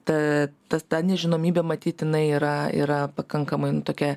tad tas ta nežinomybė matyt jinai yra yra pakankamai tokia